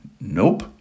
Nope